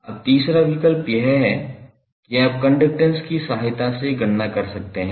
अब तीसरा विकल्प यह है कि आप कंडक्टैंस की सहायता से गणना कर सकते हैं